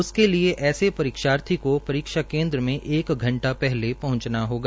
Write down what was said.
उसके लिए ऐसे परीक्षार्थी को परीक्षा केन्द्र में एक घंटा पहले पहुंचना होगा